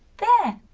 there.